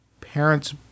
parents